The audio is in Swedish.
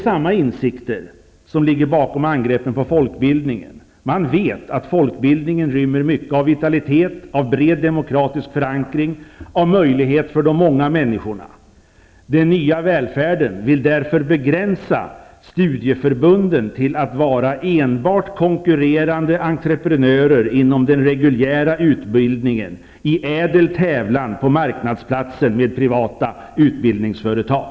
Samma insikt ligger bakom angreppen på folkbildningen. Man vet att folkbildningen rymmer mycket av vitalitet, av bred demokratisk förankring, av möjlighet för de många människorna. Den nya välfärden vill därför begränsa studieförbunden till att vara enbart konkurrerande entreprenörer inom den reguljära utbildningen, i ädel tävlan på marknadsplatsen med privata utbildningsföretag.